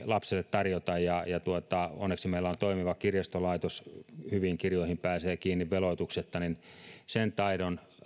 lapsille tarjota onneksi meillä on toimiva kirjastolaitos hyviin kirjoihin pääsee kiinni veloituksetta sen taidon